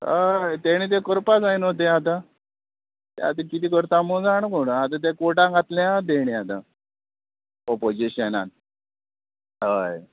हय तेणी तें करपा जाय न्हू ते आतां ते आतां किदें करता मू जाण कोण आतां ते कोर्टांक घातल्या तेणी आतां ओपोजीशनान हय